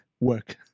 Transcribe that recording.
work